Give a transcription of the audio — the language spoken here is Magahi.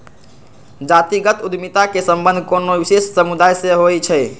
जातिगत उद्यमिता के संबंध कोनो विशेष समुदाय से होइ छै